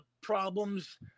problems